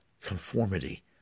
conformity